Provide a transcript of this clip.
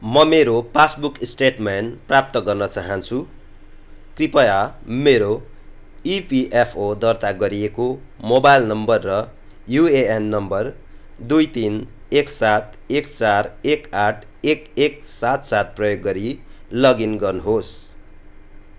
म मेरो passbook statement प्राप्त गर्न चाहान्छु कृपया मेरो इपिएफओ दर्ता गरिएको मोबाइल नम्बर र युएएन नम्बर दुई तिन एक सात एक चार एक आठ एक एक सात सात प्रयोग गरी लगइन गर्नुहोस्